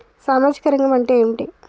సామాజిక రంగం అంటే ఏమిటి?